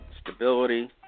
Stability